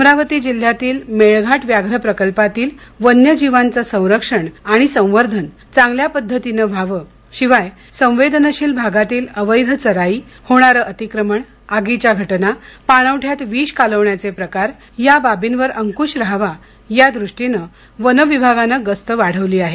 अमरावती जिल्ह्यातील मेळघाट व्याघ्र प्रकल्पातील वन्यजीवांचं संरक्षण आणि संवर्धन चांगल्या पद्धतीनं व्हावं शिवाय संवेदनशील भागातील अवैध चराई होणारं अतिक्रमण आगीच्या घटना पाणवठ्यात विष कालवण्याचे प्रकार या बाबीवर अंक्श राहावा या दृष्टीने वनविभागानं गस्त वाढवली आहे